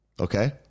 Okay